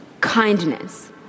kindness